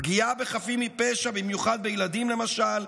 פגיעה בחפים מפשע, במיוחד בילדים, למשל,